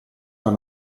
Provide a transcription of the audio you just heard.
per